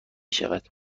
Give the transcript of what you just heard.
شود